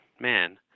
man